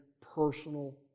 personal